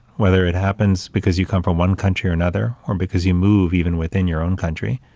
whether it happens because you come from one country or another, or because you move even within your own country,